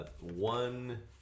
One